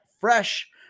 fresh